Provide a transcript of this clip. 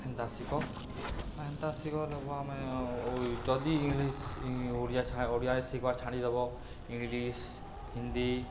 ହେନ୍ତା ସିକ ଆ ହେନ୍ତା ସିକ ବଲେ ଆମେ ଯଦି ଇଂଲିଶ ଓଡ଼ିଆ ଛ ଓଡ଼ିଆ ଶିଖ୍ବାର ଛାଡ଼ିଦବ ଇଂଲିଶ ହିନ୍ଦୀ